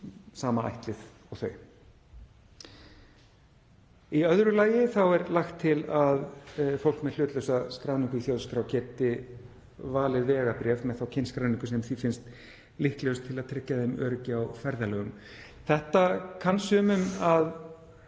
sama ættlið og þau. Í öðru lagi er lagt til að fólk með hlutlausa skráningu í þjóðskrá geti valið vegabréf með þá kynskráningu sem því finnst líklegust til að tryggja því öryggi á ferðalögum. Þetta kann sumum að